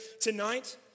tonight